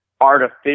artificial